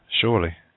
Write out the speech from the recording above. Surely